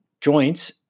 joints